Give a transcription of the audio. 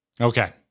Okay